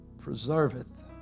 preserveth